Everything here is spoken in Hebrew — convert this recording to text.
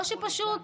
או שפשוט,